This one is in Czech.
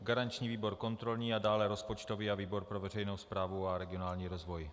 Garanční výbor kontrolní a dále rozpočtový a výbor pro veřejnou správu a regionální rozvoj.